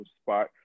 spot